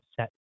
set